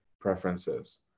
preferences